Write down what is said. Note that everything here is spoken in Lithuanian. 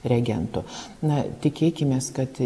reagentų na tikėkimės kad